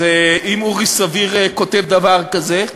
אז, אם אורי סביר כותב דבר כזה,